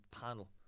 panel